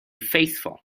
faithful